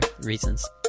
reasons